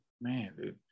Man